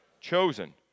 chosen